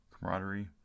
Camaraderie